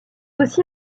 aussi